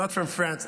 not from France,